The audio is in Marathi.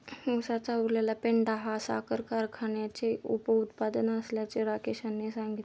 उसाचा उरलेला पेंढा हे साखर कारखान्याचे उपउत्पादन असल्याचे राकेश यांनी सांगितले